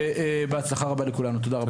ובהצלחה רבה לכולנו, תודה.